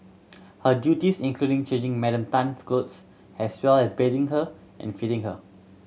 her duties including changing Madam Tan's clothes as well as bathing her and feeding her